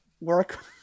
work